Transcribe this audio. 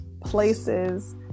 places